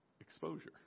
Exposure